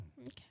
Okay